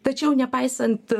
tačiau nepaisant